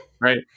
Right